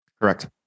Correct